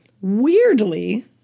Weirdly